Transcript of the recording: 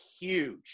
huge